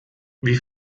wie